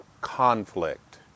conflict